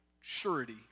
surety